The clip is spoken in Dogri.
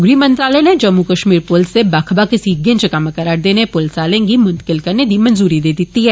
गृह मंत्रालय ने जम्मू कश्मीर प्लस दे बक्ख बक्ख सीगें च कम्म करा रदे इनें प्लस आलें गी मुन्तलिक करने दी मंजूरी देई दिती ऐ